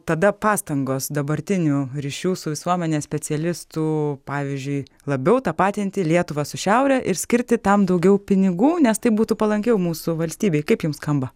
tada pastangos dabartinių ryšių su visuomene specialistų pavyzdžiui labiau tapatinti lietuvą su šiaure ir skirti tam daugiau pinigų nes tai būtų palankiau mūsų valstybei kaip jums skamba